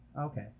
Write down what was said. Okay